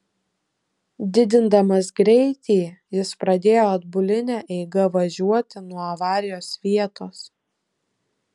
didindamas greitį jis pradėjo atbuline eiga važiuoti nuo avarijos vietos